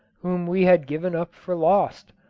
whom we had given up for lost,